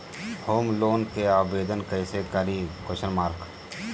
Home loan के आवेदन कैसे करि?